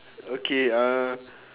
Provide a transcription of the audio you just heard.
okay uh